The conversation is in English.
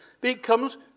becomes